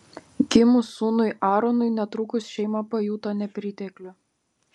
gimus sūnui aaronui netrukus šeima pajuto nepriteklių